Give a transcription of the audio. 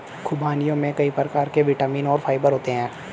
ख़ुबानियों में कई प्रकार के विटामिन और फाइबर होते हैं